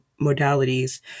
modalities